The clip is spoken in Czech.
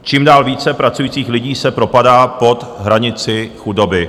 Čím dál více pracujících lidí se propadá pod hranici chudoby.